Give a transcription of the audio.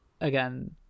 again